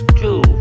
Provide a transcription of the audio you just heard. two